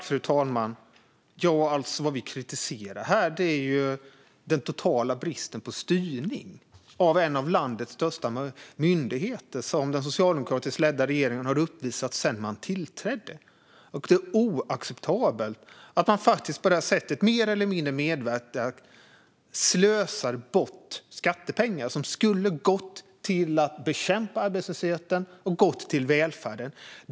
Fru talman! Ja, vad vi kritiserar här är alltså den totala brist på styrning av en av landets största myndigheter som den socialdemokratiskt ledda regeringen har uppvisat sedan den tillträdde. Det är oacceptabelt att man på det här sättet mer eller mindre medvetet slösar bort skattepengar som skulle ha gått till att bekämpa arbetslösheten och till välfärden.